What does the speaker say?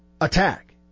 Attack